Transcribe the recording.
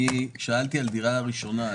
שאלתי על דירה ראשונה,